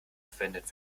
verwendet